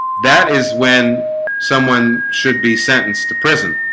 that is when someone should be sentenced to prison